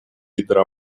ядра